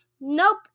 Nope